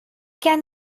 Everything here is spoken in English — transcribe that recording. can